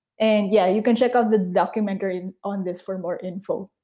and yeah, you can check out the documentary on this for more info.